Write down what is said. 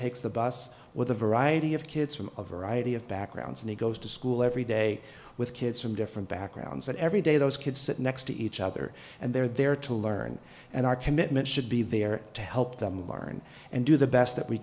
takes the bus with a variety of kids from a variety of backgrounds and he goes to school every day with kids from different backgrounds that every day those kids sit next to each other and they're there to learn and our commitment should be there to help them learn and do the best that we